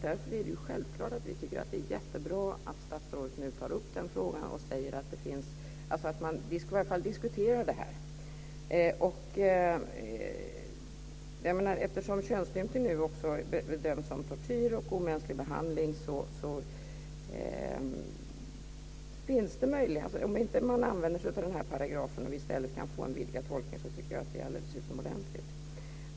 Därför tycker vi självklart att det är jättebra att statsrådet nu tar upp frågan och säger att vi i varje fall ska diskutera det här. Eftersom könsstympning nu också bedöms som tortyr och omänsklig behandling finns det möjligheter. Om man inte använder sig av den här paragrafen utan i stället kan få en vidgad tolkning tycker jag att det är alldeles utomordentligt.